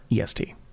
EST